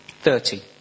thirty